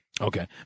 Okay